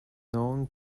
known